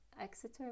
Exeter